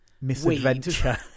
misadventure